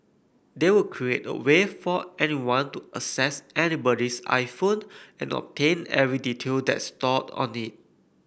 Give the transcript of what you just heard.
they would create a way for anyone to access anybody's iPhone and obtain every detail that's stored on it